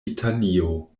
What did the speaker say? italio